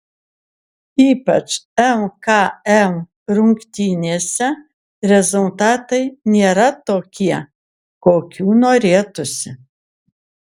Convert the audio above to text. ypač lkl rungtynėse rezultatai nėra tokie kokių norėtųsi